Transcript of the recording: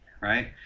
right